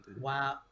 Wow